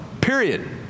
period